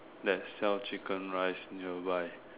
that sells chicken rice nearby